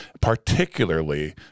particularly